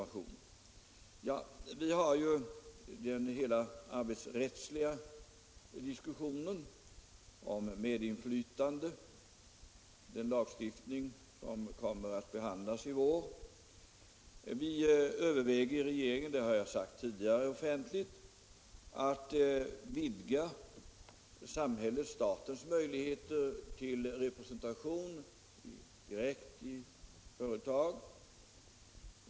Vi har hela den arbetsrättsliga diskussionen om medinflytande och den lagstiftning som kommer att behandlas i vår. Regeringen överväger — det har jag tidigare sagt offentligt — att vidga samhällets, statens möjligheter till representation direkt i företag.